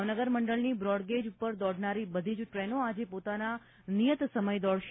ભાવનગર મંડળની બ્રોડગેજ પર દોડનારી બધી જ ટ્રેનો આજે પોતાના નિયત સમયે દોડશે